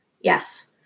Yes